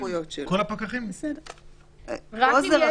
פה זה רחב.